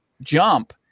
jump